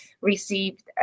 received